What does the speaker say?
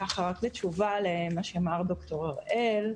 קודם כול אתייחס אל מה שאמר ד"ר הראל.